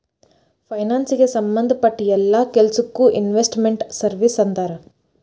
ಫೈನಾನ್ಸಿಗೆ ಸಂಭದ್ ಪಟ್ಟ್ ಯೆಲ್ಲಾ ಕೆಲ್ಸಕ್ಕೊ ಇನ್ವೆಸ್ಟ್ ಮೆಂಟ್ ಸರ್ವೇಸ್ ಅಂತಾರ